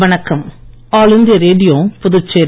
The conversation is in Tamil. வணக்கம் ஆல் இண்டியா ரேடியோபுதுச்சேரி